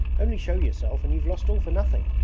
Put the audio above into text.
only show yourself and you've lost all for nothing,